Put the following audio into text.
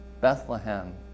Bethlehem